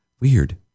weird